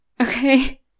Okay